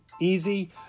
easy